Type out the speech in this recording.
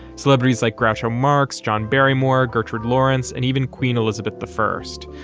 celebrities like groucho marx, john barrymore, gertrude lawrence and even queen elizabeth the first.